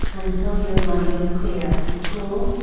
until your mind is clear, cool,